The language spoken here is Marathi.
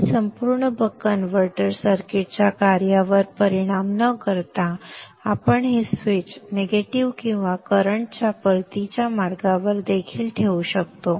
या संपूर्ण बक कन्व्हर्टर सर्किटच्या कार्यावर परिणाम न करता आपण हे स्विच निगेटिव्ह किंवा करंट च्या परतीच्या मार्गावर देखील ठेवू शकतो